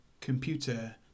computer